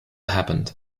happened